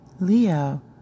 Leo